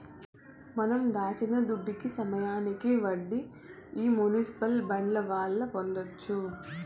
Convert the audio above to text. మనం దాచిన దుడ్డుకి సమయానికి వడ్డీ ఈ మునిసిపల్ బాండ్ల వల్ల పొందొచ్చు